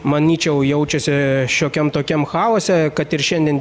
manyčiau jaučiasi šiokiam tokiam chaose kad ir šiandien